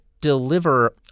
deliver